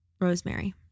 Rosemary